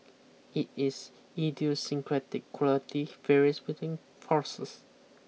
it is idiosyncratic quality and varies between horses